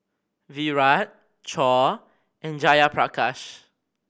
Virat Choor and Jayaprakash